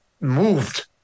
moved